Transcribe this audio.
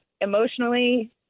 emotionally